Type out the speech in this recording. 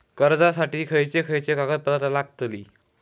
कर्जासाठी खयचे खयचे कागदपत्रा लागतली?